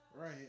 Right